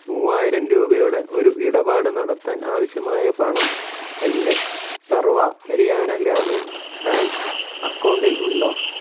മൂവായിരം രൂപയുടെ ഒരു ഇടപാട് നടത്താൻ ആവശ്യമായ പണം എൻ്റെ സർവ്വ ഹരിയാന ഗ്രാമീൺ ബാങ്ക് അക്കൗണ്ടിൽ ഉണ്ടോ